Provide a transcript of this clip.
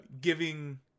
giving